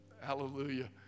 Hallelujah